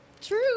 True